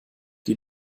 die